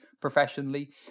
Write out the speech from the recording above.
professionally